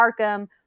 Arkham